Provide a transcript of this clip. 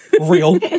Real